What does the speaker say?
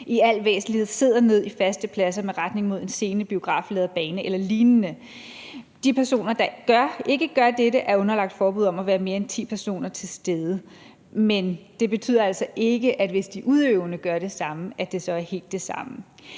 i al væsentlighed sidder ned på faste pladser med retning mod en scene, biograflærred, bane eller lignende. De personer, der ikke gør dette, er underlagt forbud om at være mere end ti personer til stede, men det betyder altså ikke, at hvis de udøvende gør det samme, er det så helt det samme.